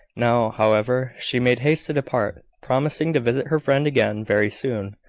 now, however, she made haste to depart, promising to visit her friend again very soon.